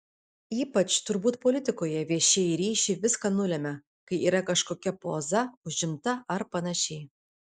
ypač turbūt politikoje viešieji ryšiai viską nulemia kai yra kažkokia poza užimta ar panašiai